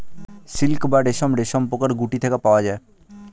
silk বা রেশম রেশমপোকার গুটি থেকে পাওয়া যায়